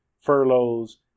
furloughs